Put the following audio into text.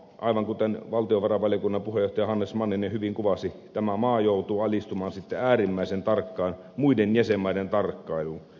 aivan kuten valtiovarainvaliokunnan puheenjohtaja hannes manninen hyvin kuvasi tämä maa joutuu alistumaan äärimmäisen tarkkaan muiden jäsenmaiden tarkkailuun